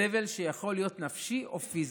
סבל שיכול להיות נפשי או פיזי.